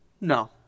No